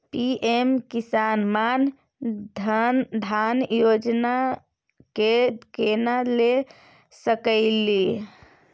PM किसान मान धान योजना के केना ले सकलिए?